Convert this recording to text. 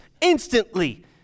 instantly